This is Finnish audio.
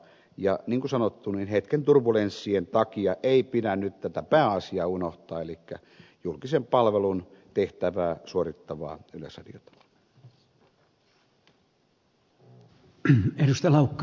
ja niin kuin sanottu niin hetken turbulenssien takia ei pidä nyt tätä pääasiaa unohtaa elikkä julkisen palvelun tehtävää suorittavaa yleisradiota